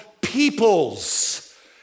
peoples